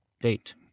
date